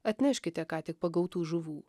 atneškite ką tik pagautų žuvų